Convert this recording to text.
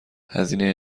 هزینه